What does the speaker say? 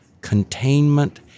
containment